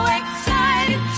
excited